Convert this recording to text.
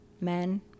men